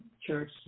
Church